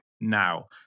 Now